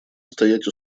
стоять